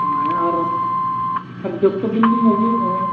ᱚᱱᱟ ᱟᱨ ᱟᱨ ᱡᱚᱛᱚ ᱫᱤᱱ ᱞᱤᱧ ᱟᱹᱜᱩ ᱠᱟᱜᱼᱟ